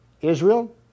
Israel